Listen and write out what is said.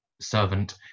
servant